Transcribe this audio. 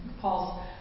Paul's